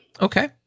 okay